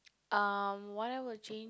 um what I will change